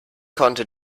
konnte